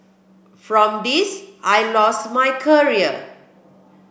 from this I lost my career